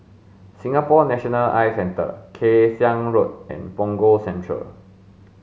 Singapore National Eye Centre Kay Siang Road and Punggol Central